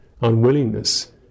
unwillingness